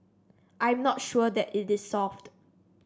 I'm not sure that it is solved